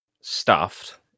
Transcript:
stuffed